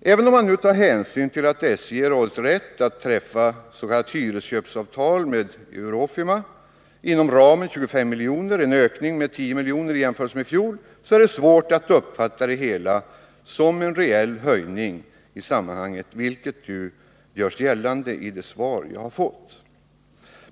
Även om man tar hänsyn till att SJ erhållit rätt att träffa s.k.. hyresköpsavtal med Eurofima inom ramen 25 miljoner — en ökning med 10 miljoner i jämförelse med i fjol — är det svårt att uppfatta det hela som en reell höjning i sammanhanget, vilket ju görs gällande i det svar jag har fått.